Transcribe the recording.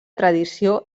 tradició